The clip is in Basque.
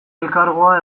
elkargoa